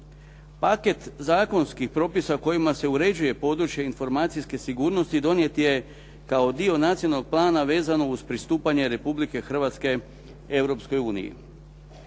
Paket zakonskih propisa kojima se uređuje područje informacijske sigurnosti donijet je kao dio nacionalnog plana vezano uz pristupanje Republike Hrvatske